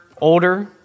older